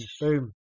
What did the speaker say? boom